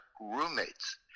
roommates